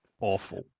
awful